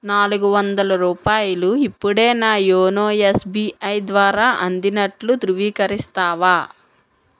నాలుగు వందల రూపాయలు ఇప్పుడే నా యోనో ఎస్బీఐ ద్వారా అందినట్లు ధృవీకరిస్తావా